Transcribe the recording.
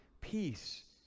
peace